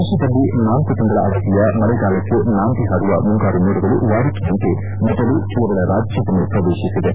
ದೇತದಲ್ಲಿ ನಾಲ್ಕು ತಿಂಗಳ ಅವಧಿಯ ಮಳೆಗಾಲಕ್ಕೆ ನಾಂದಿ ಹಾಡುವ ಮುಂಗಾರು ಮೋಡಗಳು ವಾಡಿಕೆಯಂತೆ ಮೊದಲು ಕೇರಳ ರಾಜ್ಯವನ್ನು ಪ್ರವೇತಿಸಿವೆ